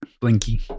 Blinky